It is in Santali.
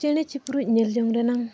ᱪᱮᱬᱮ ᱪᱤᱯᱨᱩᱡ ᱧᱮᱞ ᱡᱚᱝ ᱨᱮᱱᱟᱝ